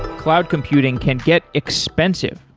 cloud computing can get expensive.